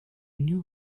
knew